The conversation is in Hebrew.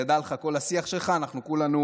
תדע לך, בכל השיח שלך אנחנו כולנו